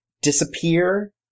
disappear